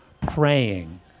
praying